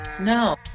No